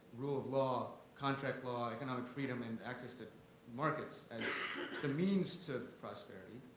rule of law, contract law, economic freedom and access to markets as the means to prosperity.